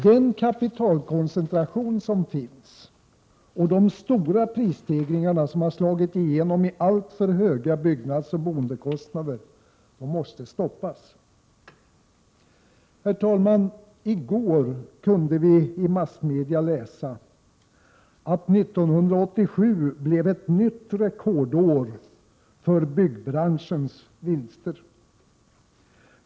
Den kapitalkoncentration som finns och de stora prisstegringarna, som slagit igenom i alltför höga byggnadsoch boendekostnader, måste stoppas. Herr talman! I går kunde vi i massmedia läsa att 1987 blev ett nytt rekordår när det gäller byggbranschens vinster.